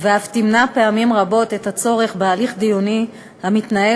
ואף ימנע פעמים רבות את הצורך בהליך דיוני בבית-משפט.